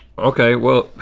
okay well,